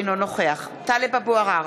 אינו נוכח טלב אבו עראר,